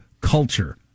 culture